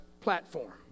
platform